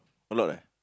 a lot eh